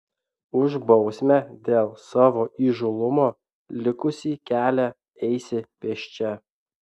už bausmę dėl savo įžūlumo likusį kelią eisi pėsčia